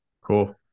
Cool